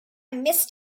missed